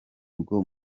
bwo